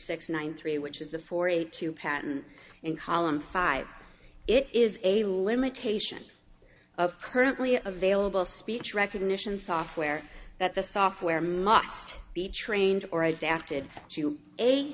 six one three which is the four eight to patent in column five it is a limitation of currently available speech recognition software that the software must be trained or adapted to a